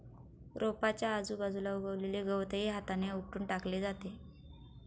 रोपाच्या आजूबाजूला उगवलेले गवतही हाताने उपटून टाकले जाते